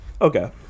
Okay